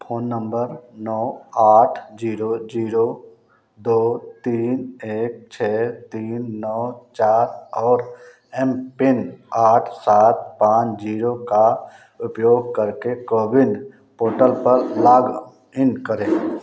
phone number नौ आठ zero zero दो तीन एक छः तीन नौ चार और एमपिन आठ सात पाँच जीरो का उपयोग करके कोविन पोर्टल पर लाग इन करें